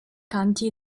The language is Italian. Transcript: canti